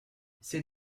c’est